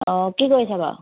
অঁ কি কৰিছে বাৰু